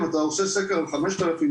אם אתה עושה סקר על 5,000,